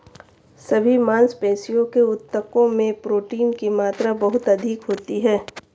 सभी मांसपेशियों के ऊतकों में प्रोटीन की मात्रा बहुत अधिक होती है